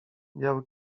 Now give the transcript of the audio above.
biały